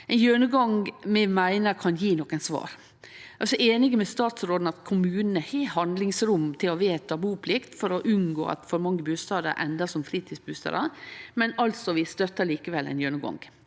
ein gjennomgang vi meiner kan gje nokre svar. Vi er einige med statsråden i at kommunane har handlingsrom til å vedta buplikt for å unngå at for mange bustader endar som fritidsbustader, men vi støttar likevel ein gjennomgang.